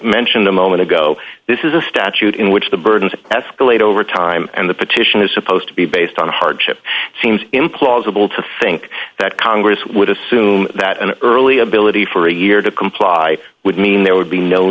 mentioned a moment ago this is a statute in which the burdens escalate over time and the petition is supposed to be based on hardship it seems implausible to think that congress would assume that an early ability for a year to comply would mean there would be no